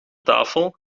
tafel